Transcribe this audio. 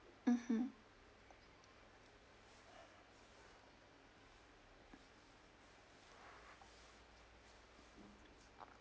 mmhmm